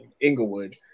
Inglewood